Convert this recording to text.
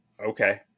okay